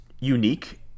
unique